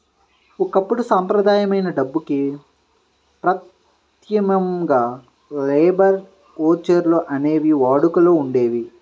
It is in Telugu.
ఒకప్పుడు సంప్రదాయమైన డబ్బుకి ప్రత్యామ్నాయంగా లేబర్ ఓచర్లు అనేవి వాడుకలో ఉండేయి